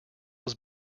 was